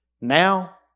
Now